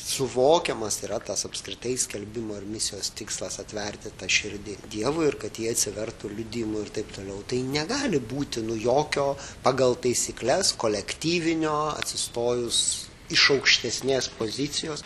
suvokiamas yra tas apskritai skelbimo ir misijos tikslas atverti širdį dievui ir kad ji atsivertų liudijimu ir taip toliau tai negali būti nu jokio pagal taisykles kolektyvinio atsistojus iš aukštesnės pozicijos